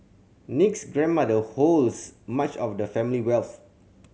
Nick's grandmother holds much of the family wealth